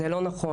זה לא נכון.